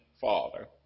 Father